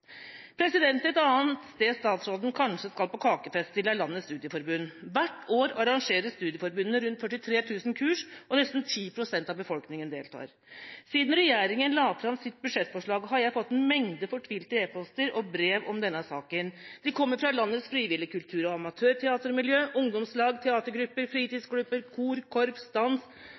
Et annet sted statsråden kanskje skal på kakefest, er hos landets studieforbund. Hvert år arrangerer studieforbundene rundt 43 000 kurs, og nesten 10 pst. av befolkninga deltar. Siden regjeringa la fram sitt budsjettforslag, har jeg fått en mengde fortvilte e-poster og brev om denne saken. De kommer fra landets frivillige kultur- og amatørteatermiljø, ungdomslag, teatergrupper, fritidsklubber, kor, korps,